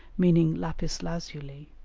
meaning lapis-lazuli